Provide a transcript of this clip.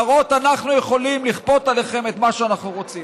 להראות: אנחנו יכולים לכפות עליכם את מה שאנחנו רוצים.